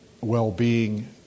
well-being